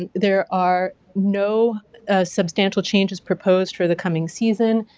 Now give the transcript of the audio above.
and there are no substantial changes proposed for the coming season,